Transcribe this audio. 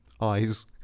Eyes